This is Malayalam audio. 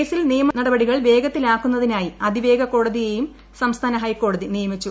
കേസിൽ നിയമ നടപടികൾ വേഗത്തിലാക്കുന്നതിനായി അതിവേഗ കോടതിയെയും സംസ്ഥാന ഹൈക്കോടതി നിയമിച്ചു